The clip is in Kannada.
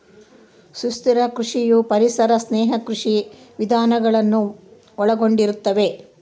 ಸುಸ್ಥಿರ ಕೃಷಿಯು ಪರಿಸರ ಸ್ನೇಹಿ ಕೃಷಿ ವಿಧಾನಗಳನ್ನು ಒಳಗೊಂಡಿರುತ್ತದೆ